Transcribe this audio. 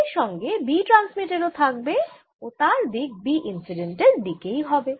এর সঙ্গে B transmitted ও থাকবে ও তার দিক B ইন্সিডেন্ট এর দিকেই হবে